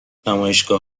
نمایشگاه